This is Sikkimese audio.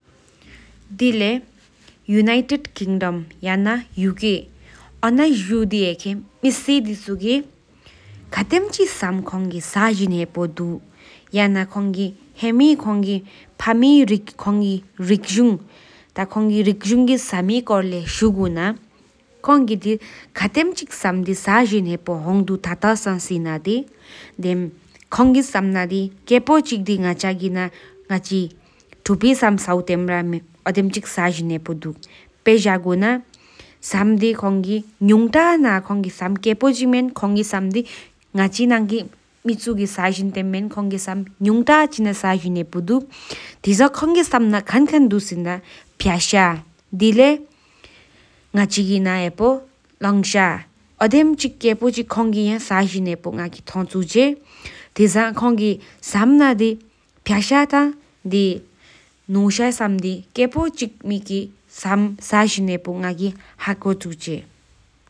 དིལི ཡུ་ནིཊེཌ་ཀིགཌོམ ཡཱ་ན ཡུ་ཀི ཨོན་ན ཞུད ཡེཨ ཁེ་མ སེཨ དེ ཆུ ཀེ ཁ་དྲེམ གཅིག་གསུམ དེ གསུམ་འགྱན་འདུག ཡཱ་ན ཁོང་གིས མི་མཁོང ཁོང་གིས ཕ་མེད་རིག་གཟུང་། ཐ་ཁོང་གིས རིག་གཟུང་སར་རིགས་ལས་ཤོག་ཀྲའི་ཟུག་ཏེ་ཁོང་གིས དེ་ཁ་དྲེམ ལྡེ་གསུམ་གསུམ་དྲོ་ཨོད་ཡ་སེའོ་འགྱན་འདུག ཐུབ་རེ་བསི་ས་བཟའ་འདེམ་གཏང་ཁོང་གིས གསར་མེད་པོ་ཆེན་གཉིས་གསར་གིད་མེད་ཁེ་གསར་གཉིས་གསར་ཁེས་མཁོ་འདེ་ཀོས་མིན་གྲོལ་ངགས་དངས་ཁེ་སེར་རིག་བཟོམ་རིག་མང་ཀེ་ས་གྱན་རྨིན་རིག་གཅན་འདུག། ཐུུའི་གེན་ཁྱེ་གསར་ན་འཁལ་འཁལ་འདུག སེ་ནཱི་ཕྱ་ཤ་བ། དེ་དིས་ང་ཆོམ་ག་ན་ཡ་རེ་ཕ་འདུག་། ཡོ་ས་ཁྱེ་པོ་ཆིག་ཁྱེ་གསར་རིག་གཟེག་པ་འེ་ནཱ་ང་ཀེས་ཆུར་ཏེས་ཐམ་འཁོང་ཐོམ་ཆེ གྲོལ་གཙུ་ཐམ་ཡར་ཀིག་ཁྱན་རྨིནརུ། ཐུམ་སེང་ ཁོང་ཀེས་སར་མེད་དྷ་ཧཱ་ཁོ་ལས་རིག་ཕ་འདུག་ཁེས་མཁོ་ས་གྱན་ང་ཀེ་ཧཱ་ཁོ་ཕྱག་ཏུ་འཇང།